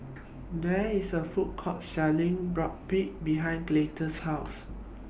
There IS A Food Court Selling Boribap behind Clytie's House